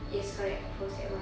yes correct from sec one